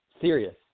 Serious